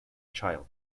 child